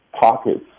pockets